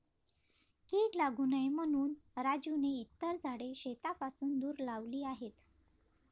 कीड लागू नये म्हणून राजूने इतर झाडे शेतापासून दूर लावली आहेत